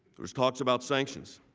there were talks about sanctions.